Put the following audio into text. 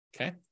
Okay